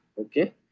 Okay